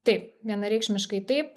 tai vienareikšmiškai taip